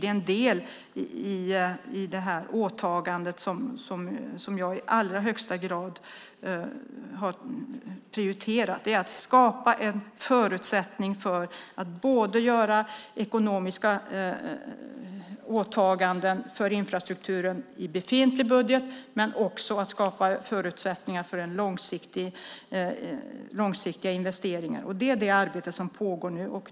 En del av det åtagande som jag i allra högsta grad har prioriterat är att skapa en förutsättning för att göra ekonomiska åtaganden för infrastruktur i befintlig budget och att skapa förutsättningar för långsiktiga investeringar. Det är det arbete som pågår nu.